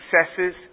successes